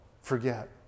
forget